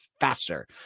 faster